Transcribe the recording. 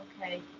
Okay